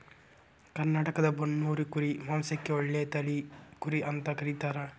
ಕರ್ನಾಟಕದ ಬನ್ನೂರು ಕುರಿ ಮಾಂಸಕ್ಕ ಒಳ್ಳೆ ತಳಿ ಕುರಿ ಅಂತ ಕರೇತಾರ